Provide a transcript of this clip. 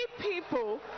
people